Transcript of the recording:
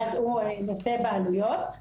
ואז הוא נושא בעלויות.